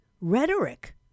rhetoric